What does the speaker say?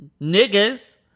Niggas